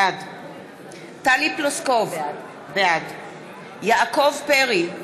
בעד טלי פלוסקוב, בעד יעקב פרי,